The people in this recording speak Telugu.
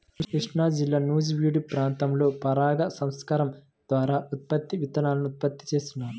కృష్ణాజిల్లా నూజివీడు ప్రాంతంలో పరాగ సంపర్కం ద్వారా పత్తి విత్తనాలను ఉత్పత్తి చేస్తున్నారు